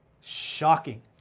shocking